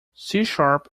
sharp